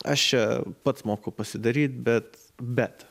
aš čia pats moku pasidaryt bet bet